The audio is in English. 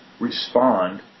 respond